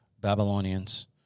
Babylonians